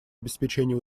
обеспечения